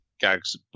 Gags